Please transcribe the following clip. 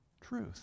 truth